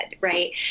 Right